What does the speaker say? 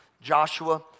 Joshua